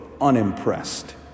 unimpressed